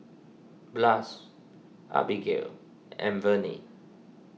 Blas Abigail and Venie